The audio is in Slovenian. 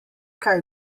kaj